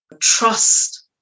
trust